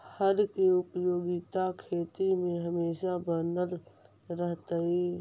हर के उपयोगिता खेती में हमेशा बनल रहतइ